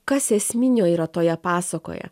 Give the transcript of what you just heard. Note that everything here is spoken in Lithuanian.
kas esminio yra toje pasakoje